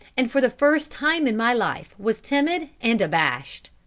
and for the first time in my life was timid and abashed.